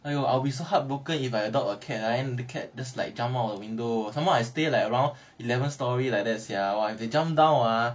!aiyo! I'll be so heartbroken if I adopt a cat and then the cat just like jump out of the window some more I stay like around eleven story like that sia !wah! if they jumped down ah